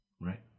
right